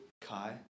Kai